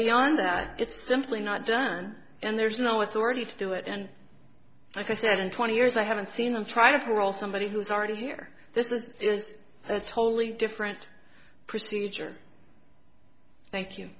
beyond that it's simply not done and there's no authority to do it and like i said in twenty years i haven't seen and try to for all somebody who's already here this is a totally different procedure thank you